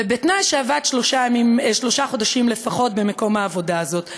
ובתנאי שעבד שלושה חודשים לפחות במקום העבודה הזה.